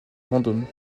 vendôme